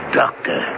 doctor